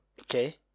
Okay